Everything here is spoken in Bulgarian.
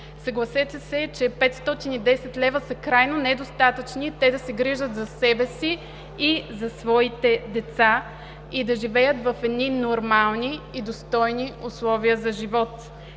Съгласете се, че 510 лв. са крайно недостатъчни те да се грижат за себе си и за своите деца и да живеят в едни нормални и достойни условия за живот.